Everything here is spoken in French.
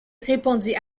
répondit